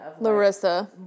Larissa